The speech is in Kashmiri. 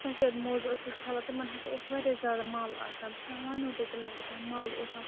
سَفید موزٕ ٲسٕس چھَلان تِمَن ہَسا اوس واریاہ زیادٕ مَل آسان بہٕ کیٛاہ وَنہو تۄہہِ تِمَن کوٗتاہ مَل اوس آسان